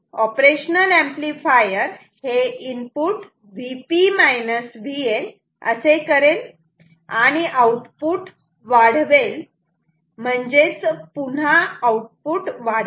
आणि त्यामुळे operational amplifier हे इनपुट Vp Vn असे करेल आणि आऊटपुट वाढवेल म्हणजेच पुन्हा आउटपुट वाढते